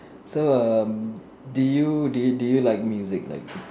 so um did you did you did you like music like